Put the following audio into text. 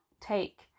take